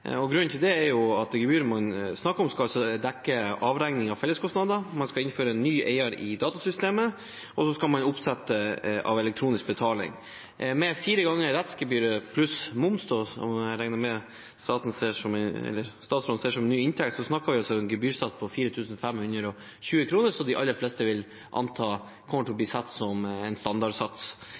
saken. Grunnen til det er at det gebyret man snakker om, skal dekke avregning av felleskostnader, man skal føre ny eier inn i datasystemet, og så skal man sette opp elektronisk betaling. Med fire ganger rettsgebyret pluss moms, som jeg regner med statsråden ser som ny inntekt, snakker vi om en gebyrsats på 4 520 kr, som de aller fleste vil anta kommer til å bli satt som en standardsats.